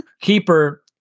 Keeper